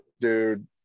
dude